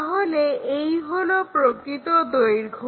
তাহলে এই হলো প্রকৃত দৈর্ঘ্য